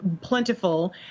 plentiful